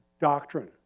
Doctrine